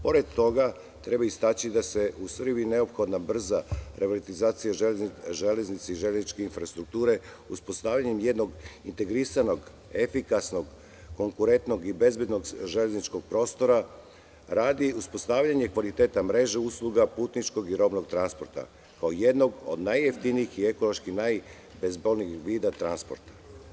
Pored toga treba istaći da je u Srbiji neophodna brza privatizacija železnice i železničke infrastrukture, uspostavljanjem jedinstvenog, efikasnog, konkurentnog i bezbednog železničkog prostora, radi uspostavljanja kvaliteta mreže usluga putničkog i robnog transporta, kao jednog od najjeftinijih i ekološki najbezbolnijeg vida transporta.